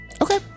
Okay